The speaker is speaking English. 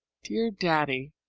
dear daddy,